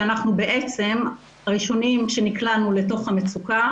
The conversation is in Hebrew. כשאנחנו בעצם הראשונים שנקלעו לתוך המצוקה.